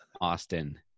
austin